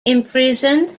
imprisoned